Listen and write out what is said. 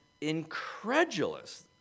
incredulous